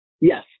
Yes